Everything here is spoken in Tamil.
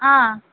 ஆ